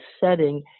setting